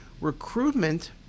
Recruitment